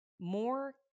more